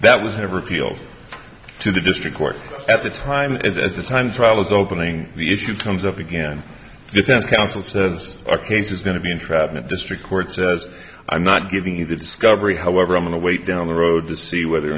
that was never appealed to the district court at the time and at the time the trial is opening the issue comes up again defense counsel says our case is going to be entrapment district court says i'm not giving you the discovery however i'm in a way down the road to see whether